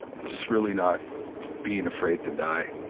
just really not being afraid to die,